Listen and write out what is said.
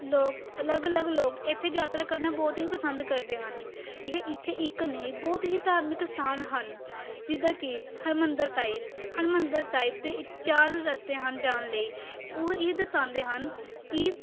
ਲੋਕ ਅਲੱਗ ਅਲੱਗ ਲੋਕ ਇੱਥੇ ਯਾਤਰਾ ਕਰਨਾ ਬਹੁਤ ਹੀ ਪਸੰਦ ਕਰਦੇ ਹਨ ਇਹ ਇੱਥੇ ਇੱਕ ਨਹੀਂ ਬਹੁਤ ਹੀ ਧਾਰਮਿਕ ਸਥਾਨ ਹਨ ਜਿੱਦਾਂ ਕਿ ਹਰਿਮੰਦਰ ਸਾਹਿਬ ਹਰਿਮੰਦਰ ਸਾਹਿਬ ਦੇ ਚਾਰ ਰਸਤੇ ਹਨ ਜਾਣ ਲਈ ਉਹ ਇਹ ਦਰਸਾਉਂਦੇ ਹਨ ਕਿ